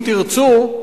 אם תרצו,